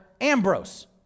Ambrose